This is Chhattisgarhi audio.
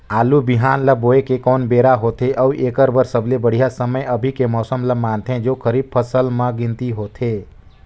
आलू बिहान ल बोये के कोन बेरा होथे अउ एकर बर सबले बढ़िया समय अभी के मौसम ल मानथें जो खरीफ फसल म गिनती होथै?